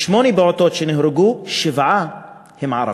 משמונה פעוטות שנהרגו, שבעה הם ערבים.